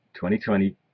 2020